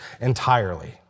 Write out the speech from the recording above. entirely